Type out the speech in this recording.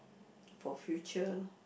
for future lor